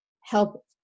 help